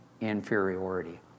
inferiority